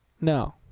No